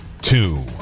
two